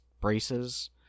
braces